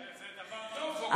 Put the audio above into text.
זה חשוב.